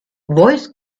voice